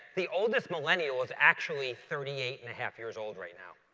the oldest millennial is actually thirty eight and a half years old right now.